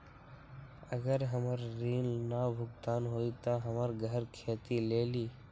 अगर हमर ऋण न भुगतान हुई त हमर घर खेती लेली?